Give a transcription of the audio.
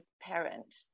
parent